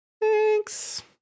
Thanks